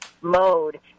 mode